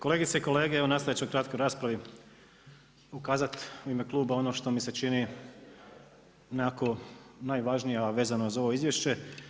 Kolegice i kolege evo nastojat ću u kratkoj raspravi ukazati u ime kluba ono što mi se čini najvažnije, a vezano za ovo izvješće.